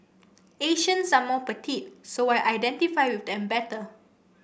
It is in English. Asians are more petite so I identify with them better